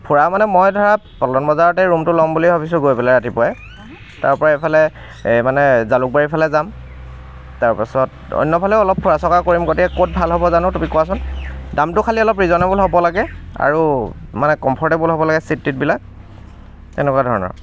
ফুৰা মানে মই ধৰা পল্টন বজাৰতে ৰুমটো ল'ম বুলি ভাবিছোঁ গৈ পেলাই ৰাতিপুৱাই তাৰ পৰা এফালে মানে জালুকবাৰীৰ ফালে যাম তাৰপাছত অন্য ফালেও অলপ ফুৰা চকা কৰিম গতিকে ক'ত ভাল হ'ব জানো তুমি কোৱাচোন দামটো খালি অলপ ৰিজনেবল হ'ব লাগে আৰু মানে কম্ফ'ৰ্টেবল হ'ব লাগে চীট টীটবিলাক তেনেকুৱা ধৰণৰ